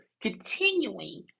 continuing